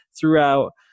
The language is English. throughout